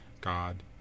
God